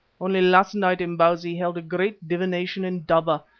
only last night imbozwi held a great divination indaba,